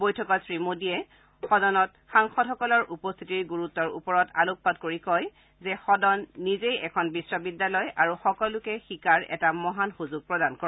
বৈঠকত শ্ৰীমোডীয়ে সদনত সাংসদসকলৰ উপস্থিতিৰ ণ্ডৰুত্বৰ ওপৰত আলোকপাত কৰি কয় যে সদন নিজেই এখন বিশ্ববিদ্যালয় আৰু সকলোকে শিকাৰ এটা মহান সুযোগ প্ৰদান কৰে